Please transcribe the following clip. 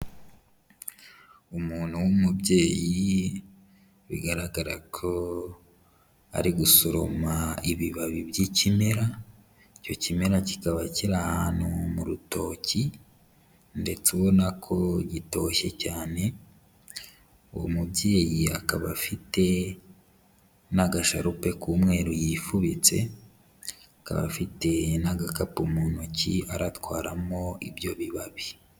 Umuntu w'umubyeyi bigaragara ko ari gusoroma ibibabi by'ikimera, icyo kimera kikaba kiri mu rutoki ndetse ubona ko gitoshye cyane, uwo mubyeyi akaba afite n'agasharupe k'umweru yifubitse, akaba afite n'agakapu mu ntoki aratwaramo ibyo bibabi.